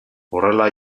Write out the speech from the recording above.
horrela